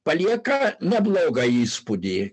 palieka neblogą įspūdį